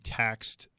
taxed